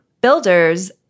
builders